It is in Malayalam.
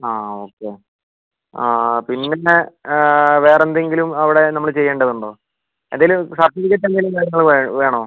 ആ ഓക്കെ ആ പിന്നെ വേറെ എന്തെങ്കിലും അവിടെ നമ്മൾ ചെയ്യേണ്ടതുണ്ടോ എന്തെങ്കിലും സർട്ടിഫിക്കറ്റ് എന്തെങ്കിലും കാര്യങ്ങൾ വേണോ